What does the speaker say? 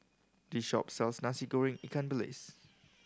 this shop sells Nasi Goreng ikan bilis